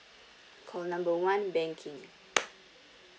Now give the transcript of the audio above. call number one banking